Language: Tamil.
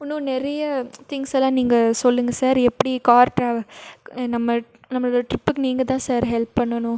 இன்னும் நிறைய திங்க்ஸெல்லாம் நீங்கள் சொல்லுங்கள் சார் எப்படி கார் ட்ராவல் நம்ம நம்மளோடய ட்ரிப்புக்கு நீங்கள் தான் சார் ஹெல்ப் பண்ணணும்